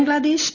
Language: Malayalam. ബംഗ്ളാദേശ്